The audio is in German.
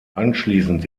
anschließend